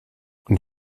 und